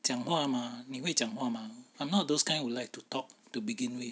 讲话 mah 你会讲话 mah I'm not those kind who like to talk to begin with